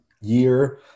year